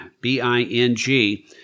B-I-N-G